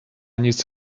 nic